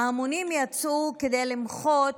ההמונים יצאו כדי למחות